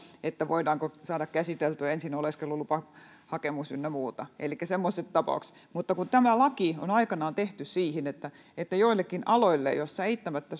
voidaanko saada käsiteltyä ensin oleskelulupahakemus ynnä muuta elikkä semmoiset tapaukset mutta tämä laki on aikanaan tehty siihen että että joillakin aloilla joilla eittämättä